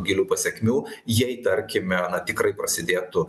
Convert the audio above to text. gilių pasekmių jei tarkime na tikrai prasidėtų